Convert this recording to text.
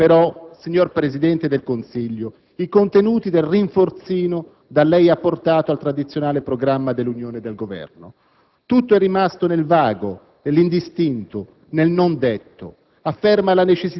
Quali sono, però, signor Presidente del Consiglio, i contenuti del rinforzino da lei apportato al tradizionale programma dell'Unione e del Governo? Tutto è rimasto nel vago, nell'indistinto, nel non detto.